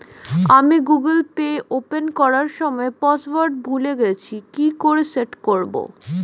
আমি Google Pay open করার সময় পাসওয়ার্ড ভুলে গেছি কি করে সেট করব?